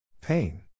Pain